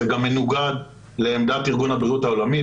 זה גם מנוגד לעמדת ארגון הבריאות העולמי.